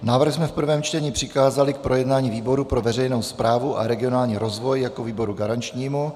Návrh jsme v prvém čtení přikázali k projednání výboru pro veřejnou správu a regionální rozvoj jako výboru garančnímu.